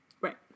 right